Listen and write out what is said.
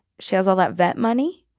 she has all that vet money.